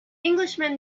englishman